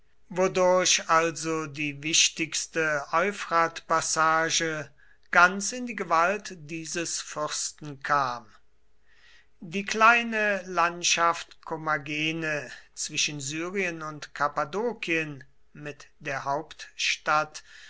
wodurch also die wichtigste euphratpassage ganz in die gewalt dieses fürsten kam die kleine landschaft kommagene zwischen syrien und kappadokien mit der hauptstadt